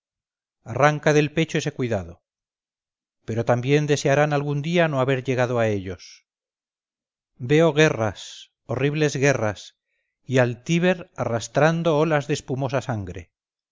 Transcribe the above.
arranca del pecho ese cuidado pero también desearán algún día no haber llegado a ellos veo guerras horribles guerras y al tíber arrastrando olas de espumosa sangre